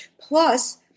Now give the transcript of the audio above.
Plus